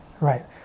right